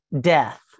death